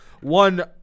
One